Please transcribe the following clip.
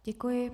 Děkuji.